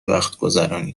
وقتگذرانی